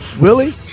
Willie